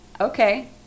okay